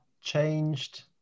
changed